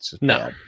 No